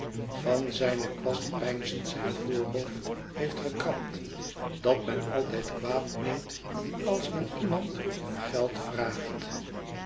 van zijne kwast peinzend zijn voorhoofd heeft gekrabd dat men altijd kwaad meent als men iemand om geld vraagt